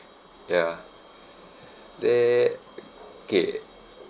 ya that kay